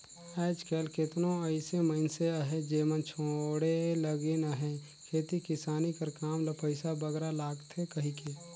आएज काएल केतनो अइसे मइनसे अहें जेमन छोंड़े लगिन अहें खेती किसानी कर काम ल पइसा बगरा लागथे कहिके